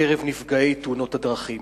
בקרב נפגעי תאונות הדרכים.